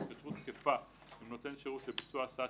התקשרות תקפה עם נותן שירות לביצוע הסעה